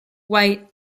white